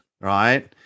right